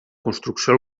construcció